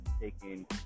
taking